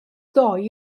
ddoe